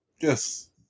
yes